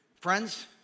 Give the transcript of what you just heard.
Friends